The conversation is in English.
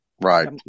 right